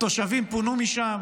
התושבים פונו משם